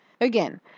Again